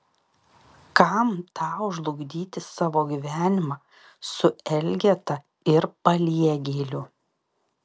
kam tau žlugdyti savo gyvenimą su elgeta ir paliegėliu